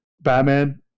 Batman